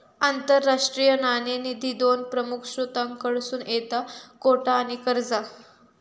आंतरराष्ट्रीय नाणेनिधी दोन प्रमुख स्त्रोतांकडसून येता कोटा आणि कर्जा